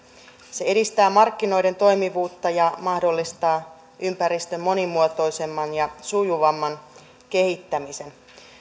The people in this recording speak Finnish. se edistää markkinoiden toimivuutta ja mahdollistaa ympäristön monimuotoisemman ja sujuvamman kehittämisen